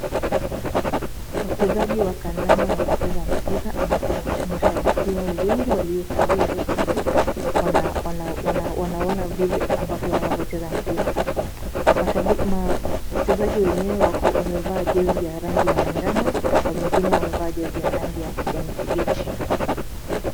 Wachezaji wa kandanda wanacheza mpira ambapo mashabiki wao wengi waliokalia huko juu wanaona vile ambavyo wanavyocheza mpira. Wachezaji wenyewe wako wamevaa jezi ya rangi ya manjano na wengine wamevaa jezi ya rangi ya kijani kibichi.